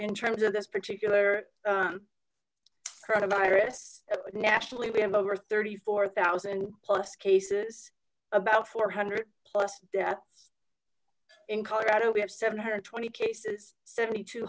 in terms of this particular crowd a virus nationally we have over thirty four zero plus cases about four hundred plus deaths in colorado we have seven hundred and twenty cases seventy two